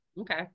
Okay